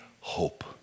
hope